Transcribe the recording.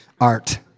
art